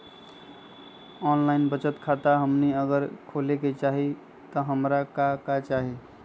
Online बचत खाता हमनी अगर खोले के चाहि त हमरा का का चाहि?